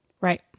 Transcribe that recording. Right